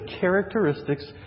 characteristics